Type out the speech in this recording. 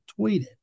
tweeted